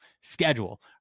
Schedule